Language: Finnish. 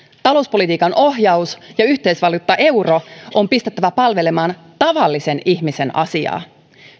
talouspolitiikan ohjaus ja yhteisvaluutta euro on pistettävä palvelemaan tavallisen ihmisen asiaa